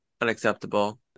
Unacceptable